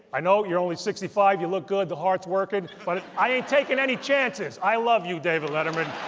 i know you're only sixty five. you look good. the heart's working, but i ain't taking any chances. i love you, david letterman.